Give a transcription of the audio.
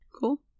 Cool